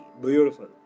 Beautiful